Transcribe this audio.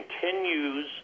continues